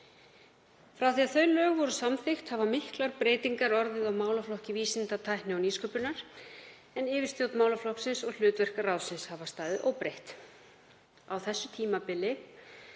Frá því að þau lög voru samþykkt hafa miklar breytingar orðið á málaflokki vísinda, tækni og nýsköpunar, en yfirstjórn málaflokksins og hlutverk ráðsins hafa staðið óbreytt. Á þessu tímabili